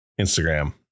instagram